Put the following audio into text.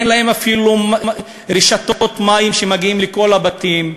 אין להם אפילו רשתות מים שמגיעות לכל הבתים,